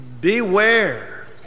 beware